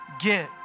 get